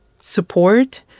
support